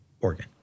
organ